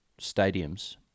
stadiums